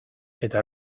eta